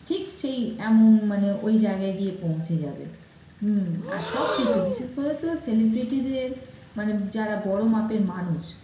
ঠিক সেই এমন মানে ওই জায়গায় গিয়ে পৌঁছে যাবে আর সব কিছু বিশেষ করে তো সেলিব্রিটিদের মানে যারা বড় মাপের মানুষ